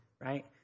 right